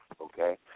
okay